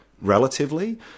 Relatively